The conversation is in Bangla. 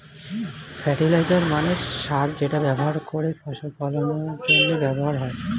ফার্টিলাইজার মানে সার যেটা ভালো করে ফসল ফলনের জন্য ব্যবহার হয়